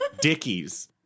dickies